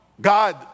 God